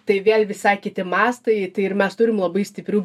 tai vėl visai kiti mastai tai ir mes turim labai stiprių